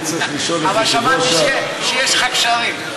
אבל שמעתי שיש לך קשרים.